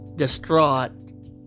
distraught